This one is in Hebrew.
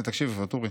תקשיב ואטורי: